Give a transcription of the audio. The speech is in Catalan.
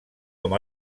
com